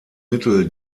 mittel